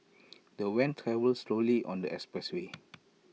the van travelled slowly on the expressway